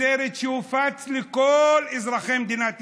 בסרט שהופץ לכל אזרחי מדינת ישראל.